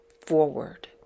forward